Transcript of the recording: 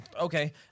Okay